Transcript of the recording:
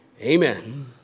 Amen